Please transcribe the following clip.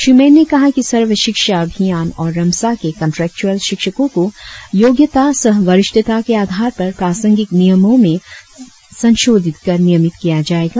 श्री मैन ने कहा कि सर्व शिक्षा अभियान और रमसा के कंट्रेकचुएल शिक्षको को योग्यता सह वरिष्ठता के आधार पर प्रासंगिक नियमों में संशोधित कर नियमित किया जाएगा